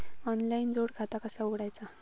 Online जोड खाता कसा उघडायचा?